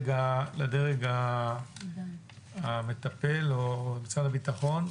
לדרג המטפל או למשרד הביטחון.